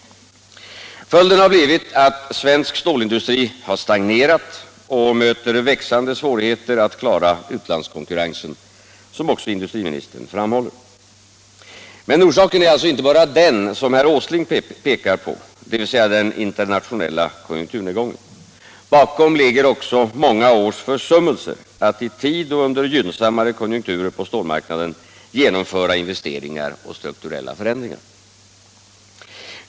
Följden har blivit att svensk stålindustri stagnerat och möter växande svårigheter att klara utlandskonkurrensen, som också industriministern framhåller. Men orsaken är alltså inte bara den som herr Åsling pekar på, dvs. den internationella konjunkturnedgången. Bakom ligger också många års försummelser att i tid och under gynnsammare konjunkturer på stålmarknaden genomföra investeringar och strukturella förändringar.